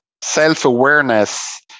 self-awareness